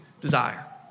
desire